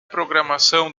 programação